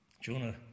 Jonah